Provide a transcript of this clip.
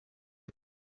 est